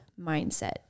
mindset